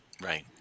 Right